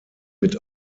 mit